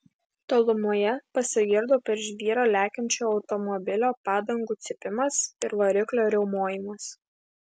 tolumoje pasigirdo per žvyrą lekiančio automobilio padangų cypimas ir variklio riaumojimas